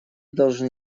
должны